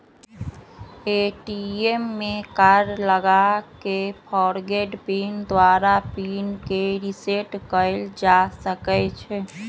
ATM में card लगा कऽ फ़ॉरगोट पिन द्वारा पिन के रिसेट कएल जा सकै छै